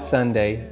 Sunday